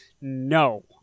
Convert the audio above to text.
no